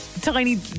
tiny